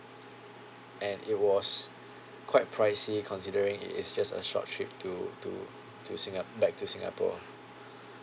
and it was quite pricey considering it is just a short trip to to to singa~ back to singapore